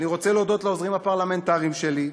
אני רוצה להודות לעוזרים הפרלמנטריים שלי,